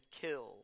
killed